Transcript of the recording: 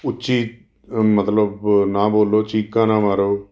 ਉੱਚੀ ਮਤਲਬ ਨਾ ਬੋਲੋ ਚੀਕਾਂ ਨਾ ਮਾਰੋ